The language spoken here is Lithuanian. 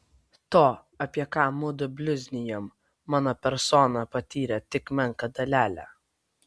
to apie ką mudu bliuznijam mano persona patyrė tik menką dalelę